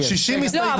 שרן.